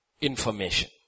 information